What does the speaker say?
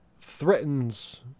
threatens